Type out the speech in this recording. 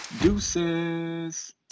Deuces